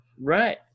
Right